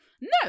no